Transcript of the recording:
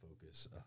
focus